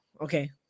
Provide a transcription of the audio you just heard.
okay